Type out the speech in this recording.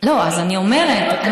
למה אנחנו